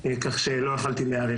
כך שלא יכולתי להיערך.